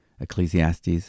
Ecclesiastes